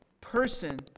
person